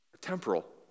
temporal